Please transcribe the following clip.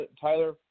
Tyler